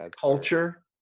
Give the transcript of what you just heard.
culture